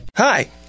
Hi